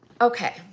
Okay